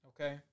Okay